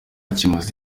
kimaze